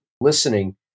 listening